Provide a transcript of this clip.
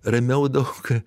ramiau daug